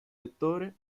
lettore